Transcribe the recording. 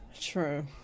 True